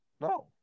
No